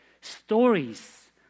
stories